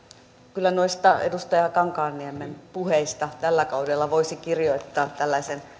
kyllä noista edustaja kankaanniemen puheista tällä kaudella voisi kirjoittaa tällaisen